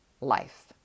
life